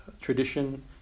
tradition